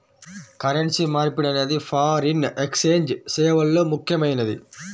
currency మార్పిడి అనేది foreign exchange సేవల్లో ముఖ్యమైనది